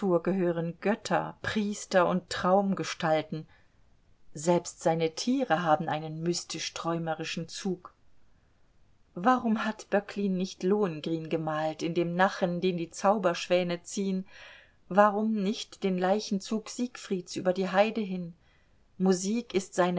gehören götter priester und traumgestalten selbst seine tiere haben einen mystisch träumerischen zug warum hat böcklin nicht lohengrin gemalt in dem nachen den die zauberschwäne ziehen warum nicht den leichenzug siegfrieds über die heide hin musik ist seine